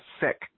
sick